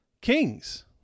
kings